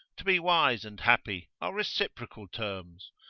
to be wise and happy, are reciprocal terms,